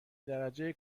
درجه